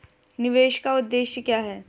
निवेश का उद्देश्य क्या है?